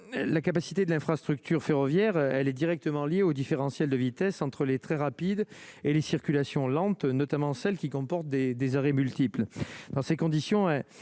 la capacité de l'infrastructure ferroviaire, elle est directement liée au différentiel de vitesse entre les très rapide et les circulations lente, notamment celles qui comportent des des arrêts multiples